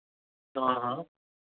ہاں ہاں